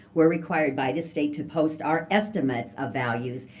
we're required by the state to post our estimates of values,